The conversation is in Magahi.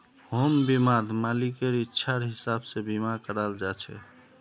होम बीमात मालिकेर इच्छार हिसाब से बीमा कराल जा छे